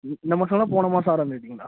இ இந்த மாதங்களா போன மாதம் ஆறாந்தேதிங்களா